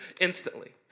instantly